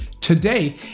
Today